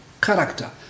character